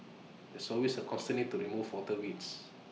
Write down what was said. there's always A constant need to remove water weeds